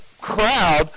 crowd